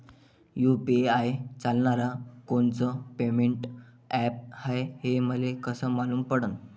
UPI चालणारं कोनचं payment app हाय, हे मले कस मालूम पडन?